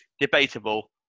debatable